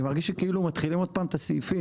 אני מרגיש שמתחילים עוד פעם את הסעיפים.